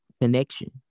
connection